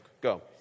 Go